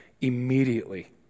Immediately